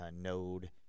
node